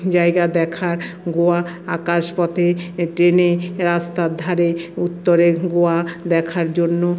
জায়গা দেখার গোয়া আকাশপথে ট্রেনে রাস্তার ধারে উত্তরে গোয়া দেখার জন্য